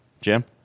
Jim